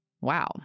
wow